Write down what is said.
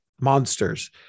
monsters